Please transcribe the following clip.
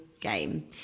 game